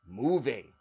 moving